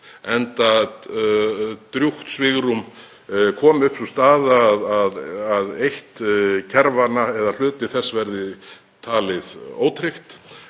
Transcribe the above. enda drjúgt svigrúm komi upp sú staða að eitt kerfanna eða hluti þess verði talið ótryggt,